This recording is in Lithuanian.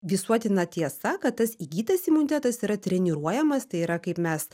visuotina tiesa kad tas įgytas imunitetas yra treniruojamas tai yra kaip mes